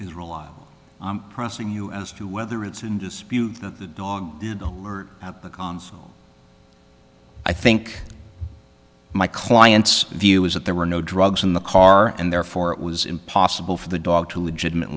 i'm crossing you as to whether it's in dispute that the dog did alert at the consul i think my client's view is that there were no drugs in the car and therefore it was impossible for the dog to legitimate